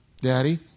Daddy